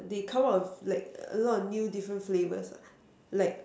they come up with like a lot of new flavors lah like